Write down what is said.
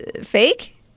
fake